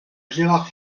gérard